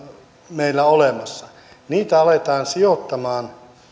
meillä olemassa aletaan sijoittamaan